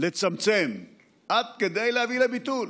לצמצם עד כדי להביא לביטול.